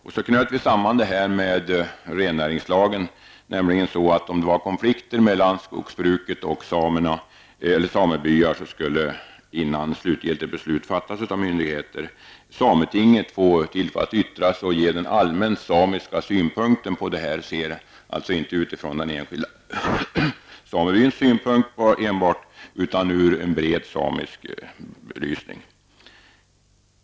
Detta knöts samman med rennäringslagen på så sätt att om det uppstod konflikter mellan skogsbruket och samebyar, så skulle, innan slutgiltigt beslut fattades av myndigheter, sametinget få tillfälle att yttra sig och ge den allmänt samiska synpunkten på frågan, alltså inte sett enbart utifrån den enskilda samebyns synpunkt, utan med en bred samisk belysning.